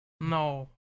No